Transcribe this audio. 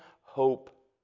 hope